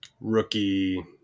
rookie